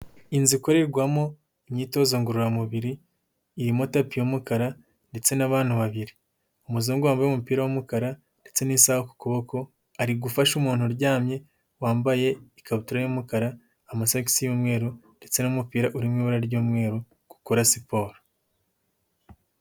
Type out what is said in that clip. Inzu ikorerwamo imyitozo ngororamubiri, irimo tapi y'umukara ndetse n'abantu babiri, umuzungu wambaye umupira w'umukara ndetse n'isaha ku kuboko, ari gufasha umuntu uryamye wambaye ikabutura y'umukara, amasogisi y'umweru ndetse n'umupira uririmo ibara ry'umweru, gukora siporo.